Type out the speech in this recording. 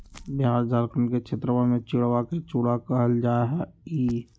बिहार झारखंड के क्षेत्रवा में चिड़वा के चूड़ा कहल जाहई